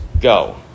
go